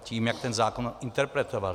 Tím, jak ten zákon interpretovali.